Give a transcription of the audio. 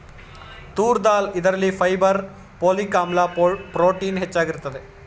ತೂರ್ ದಾಲ್ ಇದರಲ್ಲಿ fibre, folic ಆಮ್ಲ, ಪ್ರೋಟೀನ್ ಹೆಚ್ಚಾಗಿರುತ್ತದೆ